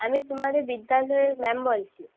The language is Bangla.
আমি তোমাদের বিদ্যালয়ের ম্যাম বলছি